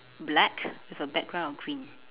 black with a background of green